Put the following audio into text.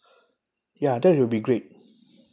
ya that will be great